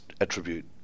attribute